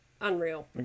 Unreal